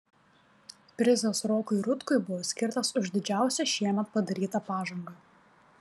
prizas rokui rutkui buvo skirtas už didžiausią šiemet padarytą pažangą